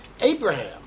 Abraham